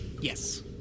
yes